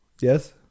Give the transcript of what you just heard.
Yes